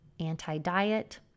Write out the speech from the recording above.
anti-diet